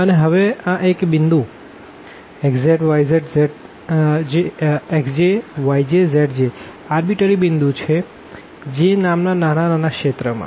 અને હવે આ એક પોઈન્ટ xjyjzj આરબીટરી પોઈન્ટ છે j નામ ના નાના રિજિયન માં